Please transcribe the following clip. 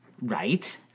Right